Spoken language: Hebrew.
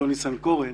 אדון ניסנקורן,